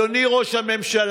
אדוני ראש הממשלה,